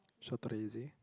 Chateraise